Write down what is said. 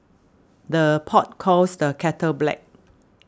the pot calls the kettle black